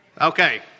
Okay